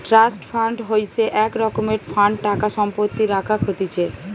trust fund হইসে এক রকমের ফান্ড টাকা সম্পত্তি রাখাক হতিছে